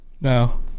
no